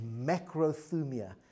macrothumia